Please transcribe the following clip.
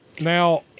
Now